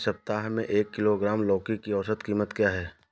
इस सप्ताह में एक किलोग्राम लौकी की औसत कीमत क्या है?